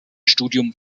studium